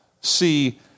see